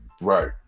Right